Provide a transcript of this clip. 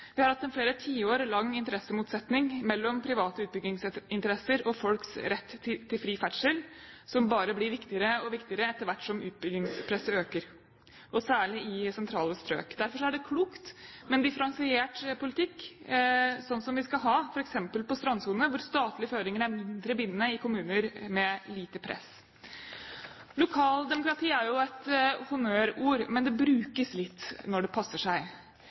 Vi har hatt en flere tiår lang interessemotsetning mellom private utbyggingsinteresser og folks rett til fri ferdsel, som bare blir viktigere og viktigere etter hvert som utbyggingspresset øker, særlig i sentrale strøk. Derfor er det klokt med en differensiert politikk, slik som vi skal ha f.eks. på strandsone, hvor statlige føringer er mindre bindende i kommuner med lite press. Lokaldemokrati er jo et honnørord, men det brukes litt når det passer seg.